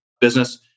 business